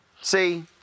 see